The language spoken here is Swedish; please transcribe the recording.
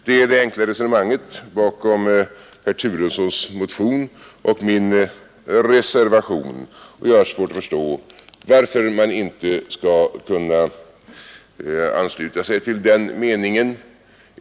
Det är det enkla resonemanget bakom herr Turessons motion och min reservation, och jag har svårt att förstå varför man inte skulle kunna ansluta sig till den meningen.